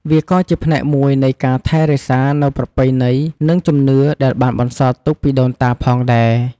វាក៏ជាផ្នែកមួយនៃការថែរក្សានូវប្រពៃណីនិងជំនឿដែលបានបន្សល់ទុកពីដូនតាផងដែរ។